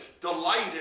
delighted